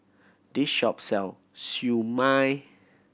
this shop sell Siew Mai